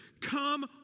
come